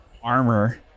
Armor